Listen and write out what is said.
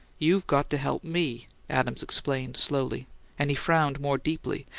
you've got to help me, adams explained slowly and he frowned more deeply,